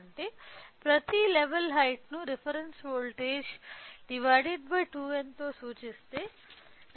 అంటే ప్రతి level height ను రిఫరెన్స్ వోల్టేజ్ ÷ 2n తో సూచించవచ్చు